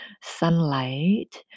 sunlight